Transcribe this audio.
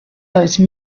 those